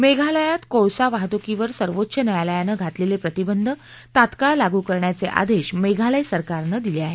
मेघालयात कोळसा वाहतुकीवर सर्वोच्च न्यायालयानं घातलेले प्रतिबंध तात्काळ लागू करण्याचे आदेश मेघालय सरकारनं दिले आहेत